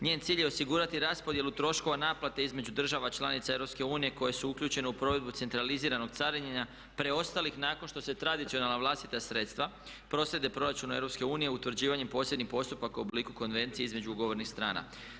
Njen cilj je osigurati raspodjelu troškova naplate između država članica EU koje su uključene u provedbu centraliziranog carinjenja preostalih nakon što se tradicionalna vlastita sredstva proslijede proračunu EU utvrđivanjem posebnih postupaka u obliku konvencije između ugovornih strana.